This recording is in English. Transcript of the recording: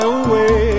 away